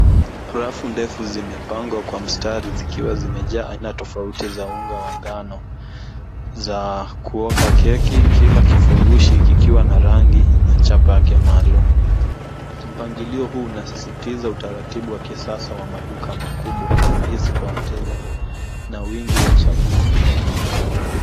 Rafu ndefu zimepangwa kwa mstari zikiwa zimejaa aina tofauti za unga wa ngano, zaa kuoka keki, kila kifurushi kikiwa na rangi na chapa yake maalum. Mpangilio huu unasisitiza utaratibu wa kisasa wa maduka makubwa, urahisi kwa wateja na wingi wa chaguo.